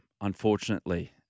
unfortunately